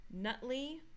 Nutley